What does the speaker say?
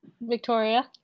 Victoria